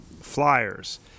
flyers